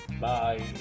Bye